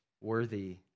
worthy